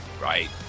right